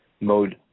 Mode